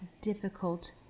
difficult